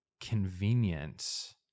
convenience